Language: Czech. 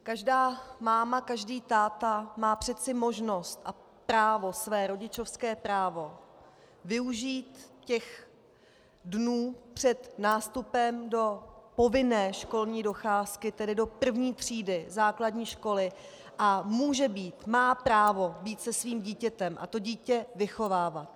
Každá máma, každý táta má přeci možnost a právo, své rodičovské právo, využít těch dnů před nástupem do povinné školní docházky, tedy do první třídy základní školy, a může být a má právo být se svým dítětem a to dítě vychovávat.